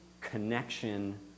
connection